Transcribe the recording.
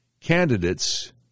candidates